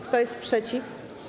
Kto jest przeciw?